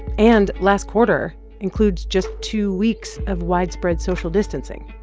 and last quarter includes just two weeks of widespread social distancing.